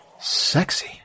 sexy